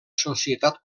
societat